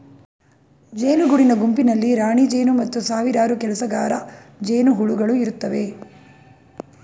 ಜೇನು ಗೂಡಿನ ಗುಂಪಿನಲ್ಲಿ ರಾಣಿಜೇನು ಮತ್ತು ಸಾವಿರಾರು ಕೆಲಸಗಾರ ಜೇನುಹುಳುಗಳು ಇರುತ್ತವೆ